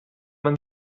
man